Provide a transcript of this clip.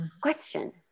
Question